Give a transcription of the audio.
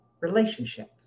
relationships